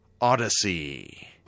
Odyssey